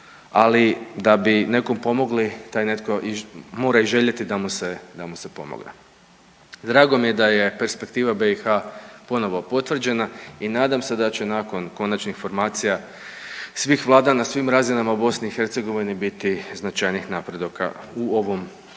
ali da bi nekom pomogli taj netko mora i željeti da mu se pomogne. Drago mi je da je perspektiva BiH ponovo potvrđena i nadam se da će nakon konačnih formacija svih vlada na svim razinama u BiH biti značajnijih napredaka u ovom smjeru.